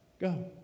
Go